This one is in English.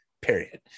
period